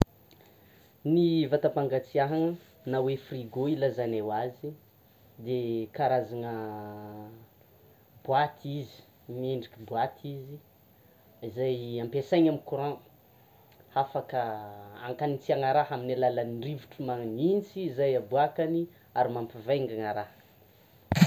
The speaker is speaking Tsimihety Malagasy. Ny vatam-pangatsiahana na hoe frigo ilazanay azy de karazana boîte izy; miendrika boîte izy zay ampiasaina amin'ny courant, zay afaka akanitsiana raha amin'ny alalan'ny rivotro magnitsy izay aboakany ary mampivaingana raha.